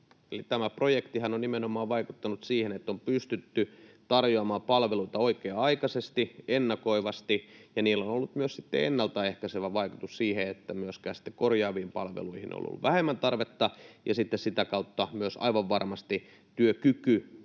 Tämä projektihan on nimenomaan vaikuttanut siihen, että on pystytty tarjoamaan palveluita oikea-aikaisesti, ennakoivasti, ja niillä on ollut myös ennalta ehkäisevä vaikutus siinä, että myöskin sitten korjaaviin palveluihin on ollut vähemmän tarvetta ja sitä kautta myös aivan varmasti työkyky